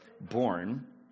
born